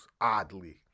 oddly